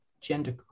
gender